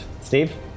Steve